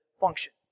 function